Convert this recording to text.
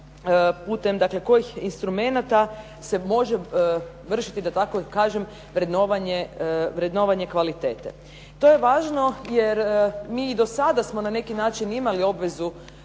dakle kojih instrumenata se može vršiti da tako kažem vrednovanje kvalitete. To je važno jer mi i do sada smo na neki način imali obvezu